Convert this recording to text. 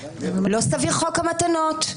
לא סביר חוק המתנות,